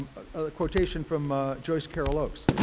a quotation from ah joyce carol oates.